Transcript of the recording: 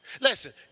Listen